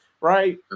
right